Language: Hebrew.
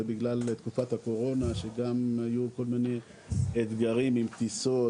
זה בגלל תקופת הקורונה שגם היו כל מיני אתגרים של טיסות